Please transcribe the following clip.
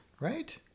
Right